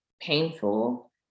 painful